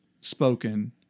spoken